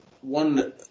one